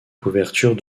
couverture